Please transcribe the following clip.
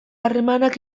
harremanak